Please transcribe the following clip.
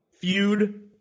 Feud